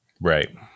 Right